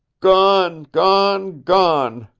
gone, gone, gone,